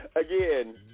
Again